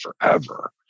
forever